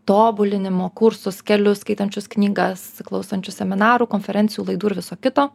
tobulinimo kursus kelius skaitančius knygas klausančių seminarų konferencijų laidų ir viso kito